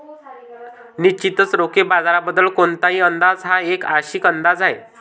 निश्चितच रोखे बाजाराबद्दल कोणताही अंदाज हा एक आंशिक अंदाज आहे